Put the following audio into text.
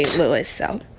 louis. so.